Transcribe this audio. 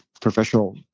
professional